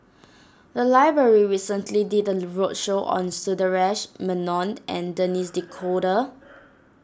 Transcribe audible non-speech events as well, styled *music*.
the library recently did a roadshow on Sundaresh Menon and *noise* Denis D'Cotta